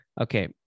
Okay